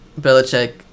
Belichick